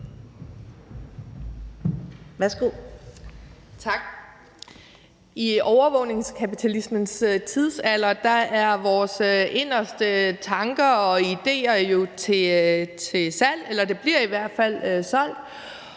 I overvågningskapitalismens tidsalder er vores inderste tanker og idéer jo til salg, eller det bliver i hvert fald solgt,